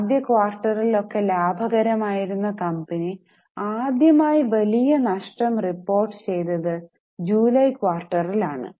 ആദ്യ ക്വാർട്ടറിൽ ഒക്കെ ലാഭകരമായിരുന്ന കമ്പനി ആദ്യമായി വലിയ നഷ്ടം റിപ്പോർട്ട് ചെയ്തത് ജൂലൈ ക്വാർട്ടറിൽ ആണ്